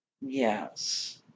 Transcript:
Yes